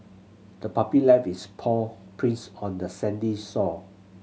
the puppy left its paw prints on the sandy sore